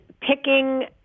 picking